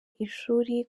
ishuri